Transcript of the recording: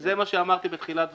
זה מה שאמרתי בתחילת דבריי.